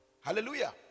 Hallelujah